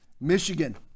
Michigan